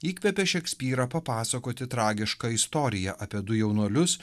įkvėpė šekspyrą papasakoti tragišką istoriją apie du jaunuolius